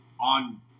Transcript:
on